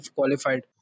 qualified